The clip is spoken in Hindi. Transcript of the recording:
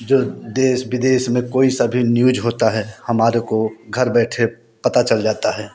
जो देश विदेश में कोई सा भी न्यूज होता है हमारे को घर बैठे पता चल जाता है